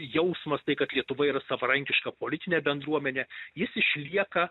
jausmas tai kad lietuva yra savarankiška politinė bendruomenė jis išlieka